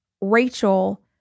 Rachel